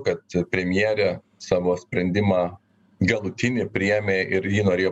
kad premjerė savo sprendimą galutinį priėmė ir ji norėjo